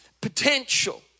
potential